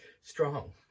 strong